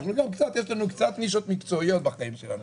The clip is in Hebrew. יש לנו גם קצת נישות מקצועיות בחיים שלנו.